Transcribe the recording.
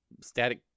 Static